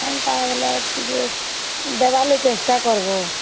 ଏନ୍ତା ବୋଇଲେ ଟିକେ ଦେବାର୍ ଲାଗି ଚେଷ୍ଟା କର୍ବ